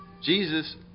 Jesus